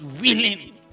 willing